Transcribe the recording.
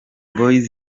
boyz